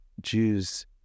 Jews